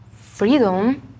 freedom